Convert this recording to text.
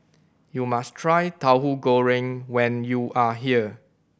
you must try Tauhu Goreng when you are here